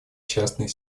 частный